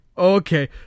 Okay